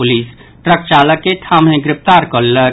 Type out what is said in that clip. police truck चालक के ठामहि गिरफ्तार कऽ लेलक